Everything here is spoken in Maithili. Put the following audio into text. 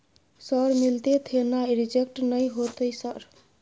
सर मिलते थे ना रिजेक्ट नय होतय सर?